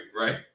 right